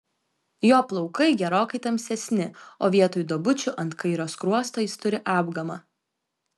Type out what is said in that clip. jo plaukai gerokai tamsesni o vietoj duobučių ant kairio skruosto jis turi apgamą